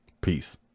Peace